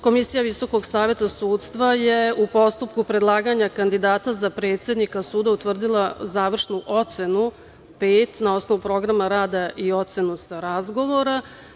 Komisija Visokog saveta sudstva je u postupku predlaganja kandidata za predsednika suda utvrdila završnu ocenu pet, na osnovu programa rada i ocenu sa razgovora.